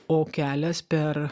o kelias per